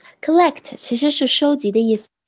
Collect,其实是收集的意思。